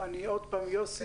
יוסי,